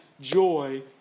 joy